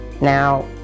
Now